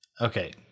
Okay